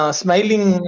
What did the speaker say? smiling